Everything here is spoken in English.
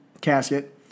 casket